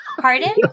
Pardon